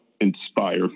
inspire